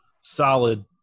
solid